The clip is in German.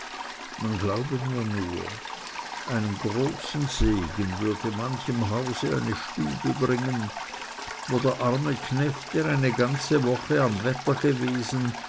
man glaube mir nur einen großen segen würde manchem hause eine stube bringen wo der arme knecht der eine ganze woche am wetter gewesen